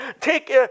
take